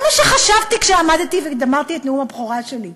זה מה שחשבתי כשעמדתי ואמרתי את נאום הבכורה שלי.